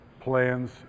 plans